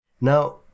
Now